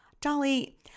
Dolly